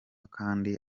kandi